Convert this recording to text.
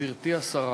גברתי השרה,